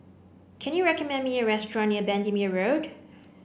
can you recommend me a restaurant near Bendemeer Road